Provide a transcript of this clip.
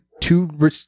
two